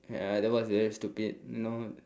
ya that was very stupid know